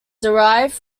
derived